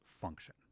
function